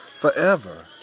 forever